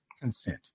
consent